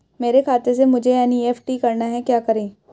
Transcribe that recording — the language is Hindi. मेरे खाते से मुझे एन.ई.एफ.टी करना है क्या करें?